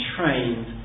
trained